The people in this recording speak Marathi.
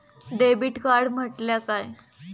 डेबिट कार्ड म्हटल्या काय?